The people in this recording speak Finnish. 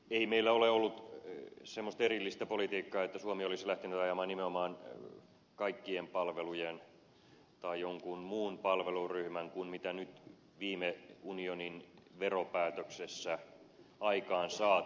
ei meillä ole ollut semmoista erillistä politiikkaa että suomi olisi lähtenyt ajamaan nimenomaan kaikkien palvelujen tai jonkun muun palveluryhmän alempaa verokantaa kuin mitä nyt viime unionin veropäätöksessä aikaansaatiin